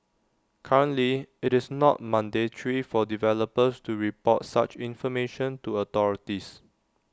currently IT is not mandatory for developers to report such information to authorities